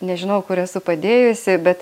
nežinau kur esu padėjusi bet